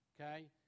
Okay